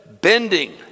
bending